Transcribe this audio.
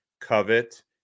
covet